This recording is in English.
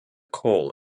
coal